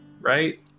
right